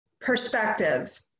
perspective